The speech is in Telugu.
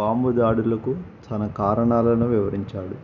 బాంబు దాడులకు తన కారణాలను వివరించాడు